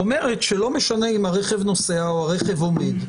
אומרת שלא משנה אם הרכב נוסע או הרכב עומד,